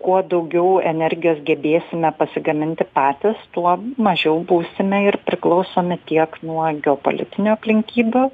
kuo daugiau energijos gebėsime pasigaminti patys tuo mažiau būsime ir priklausomi tiek nuo geopolitinių aplinkybių